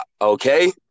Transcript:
okay